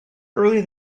early